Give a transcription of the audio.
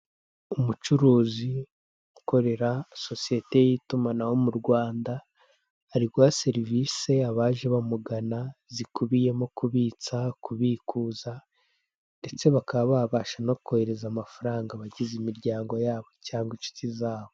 Umucuruzi ukorera sosiyete y'itumanaho mu Rwanda ari guhaha serivisi abaje bamugana zikubiyemo kubitsa, kubikuza ndetse bakaba babasha no kohereza amafaranga abagize imiryango yabo cyangwa inshuti zabo.